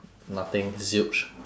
nothing zilch